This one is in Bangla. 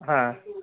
হ্যাঁ